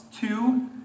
Two